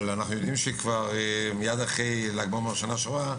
אבל אנחנו יודעים שכבר מיד אחרי ל"ג בעומר בשנה שעברה,